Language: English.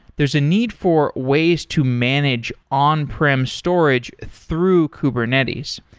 there's a need for ways to manage on-prem storage through kubernetes.